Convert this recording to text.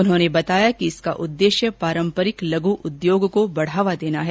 उन्होंने बताया कि इसका उद्देश्य पारंपरिक लघ् उद्योग को बढावा देना है